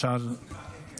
אנחנו רוצים לשמוע.